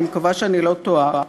אני מקווה שאני לא טועה,